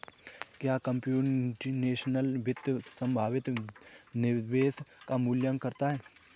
क्या कंप्यूटेशनल वित्त संभावित निवेश का मूल्यांकन करता है?